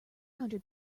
hundred